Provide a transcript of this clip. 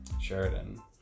Sheridan